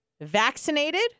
Vaccinated